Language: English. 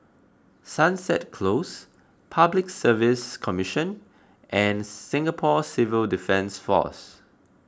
Sunset Close Public Service Commission and Singapore Civil Defence force